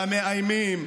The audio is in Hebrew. במאיימים.